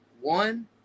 one